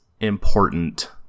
important